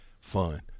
fun